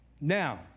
Now